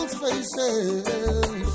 faces